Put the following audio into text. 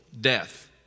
death